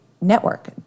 network